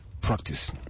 practice